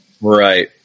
Right